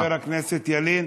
תודה לחבר הכנסת ילין.